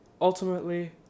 Ultimately